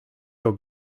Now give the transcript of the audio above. your